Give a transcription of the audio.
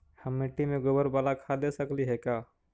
हम मिट्टी में गोबर बाला खाद दे सकली हे का?